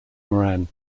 moran